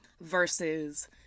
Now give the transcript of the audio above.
Versus